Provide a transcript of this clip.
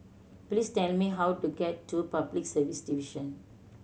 please tell me how to get to Public Service Division